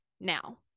now